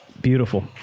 beautiful